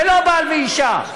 ולא בעל ואישה,